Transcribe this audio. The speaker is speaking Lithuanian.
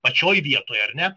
pačioj vietoj ar ne